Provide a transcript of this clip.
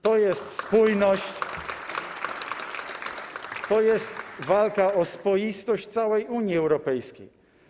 To jest spójność, to jest walka o spoistość całej Unii Europejskiej.